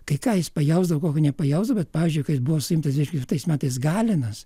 kai ką jis pajausdavo ko nepajausdavo bet pavyzdžiui kad buvo suimtas ir tais metais galinas